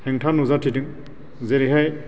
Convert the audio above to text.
हेंथा नुजाथिदों जेरैहाय